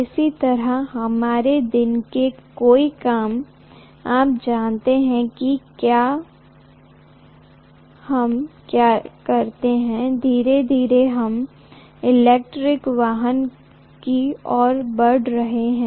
इसी तरह हमारे दिन के कई काम आप जानते हैं कि हम क्या करते हैं धीरे धीरे हम इलेक्ट्रिक वाहन की ओर बढ़ रहे हैं